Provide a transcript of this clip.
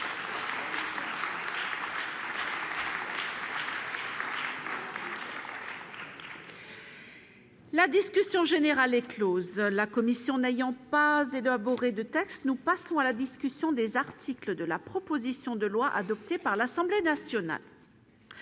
La discussion générale est Close, la commission n'ayant pas de bon gré de textes, nous passons à la discussion des articles de la proposition de loi adoptée par l'Assemblée nationale